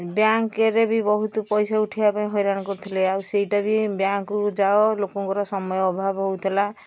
ବ୍ୟାଙ୍କରେ ବି ବହୁତ ପଇସା ଉଠେଇବା ପାଇଁ ହଇରାଣ କରୁଥିଲେ ଆଉ ସେଇଟା ବି ବ୍ୟାଙ୍କକୁ ଯାଅ ଲୋକଙ୍କର ସମୟ ଅଭାବ ହେଉଥିଲା